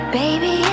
baby